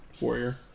Warrior